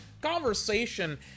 conversation